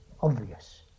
obvious